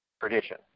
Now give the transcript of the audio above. tradition